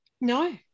No